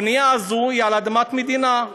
הבנייה הזאת היא על אדמת מדינה,